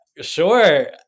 sure